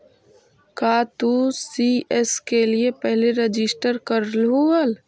का तू सी.एस के लिए पहले रजिस्टर करलू हल